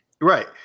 right